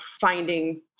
finding